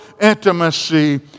intimacy